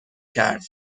کرد